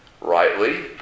rightly